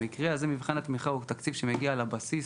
במקרה הזה, מבחן התמיכה הוא מתקציב שמגיע לבסיס.